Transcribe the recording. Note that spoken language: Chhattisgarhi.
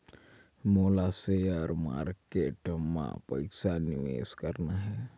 मोला शेयर मार्केट मां पइसा निवेश करना हे?